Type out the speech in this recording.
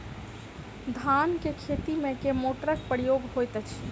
धान केँ खेती मे केँ मोटरक प्रयोग होइत अछि?